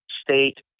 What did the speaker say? state